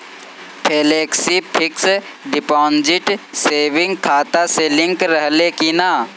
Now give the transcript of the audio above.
Flexi fixed deposit saving खाता से link रहले कि ना?